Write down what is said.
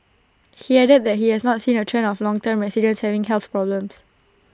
he added that he has not seen A trend of longtime residents having health problems